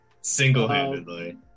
single-handedly